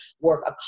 work